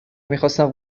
میخاستن